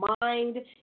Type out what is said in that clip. mind